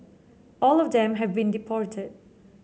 all of them have been deported